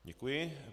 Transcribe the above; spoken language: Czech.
Děkuji.